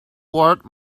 worth